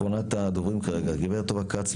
אחרונת הדוברים הגברת טובה כץ,